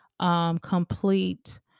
Complete